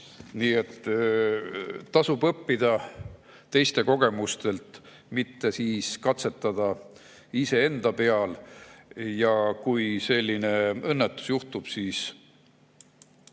Nii et tasub õppida teiste kogemustest, mitte katsetada iseenda peal. Kui selline õnnetus juhtub, siis